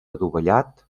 adovellat